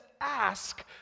ask